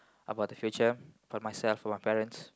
about the future for myself for my parents